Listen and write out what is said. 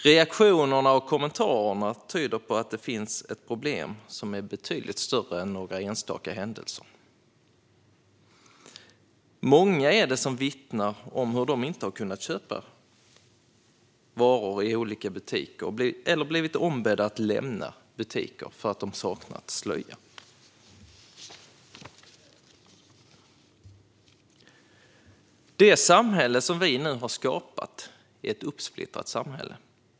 Reaktionerna och kommentarerna tyder på att det finns ett problem som är betydligt större än några enstaka händelser. Många är de som vittnar om hur de inte har kunnat köpa varor i olika butiker eller blivit ombedda att lämna butiker för att de saknat slöja. Det samhälle vi nu har skapat är ett splittrat samhälle.